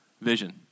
vision